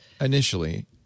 Initially